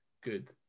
good